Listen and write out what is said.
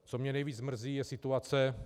Co mě nejvíc mrzí, je situace...